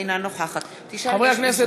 אינה נוכחת חברי הכנסת,